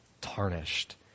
tarnished